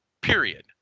Period